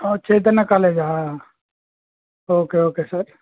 చైతన్య కాలేజా okay okay sir